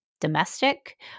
domestic